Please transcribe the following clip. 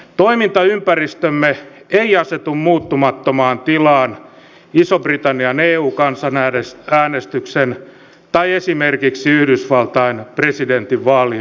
toimintaympäristömme ei asetu muuttumattomaan tilaan ison britannian eu kansanäänestyksen tai esimerkiksi yhdysvaltain presidentinvaalien jälkeen